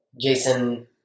Jason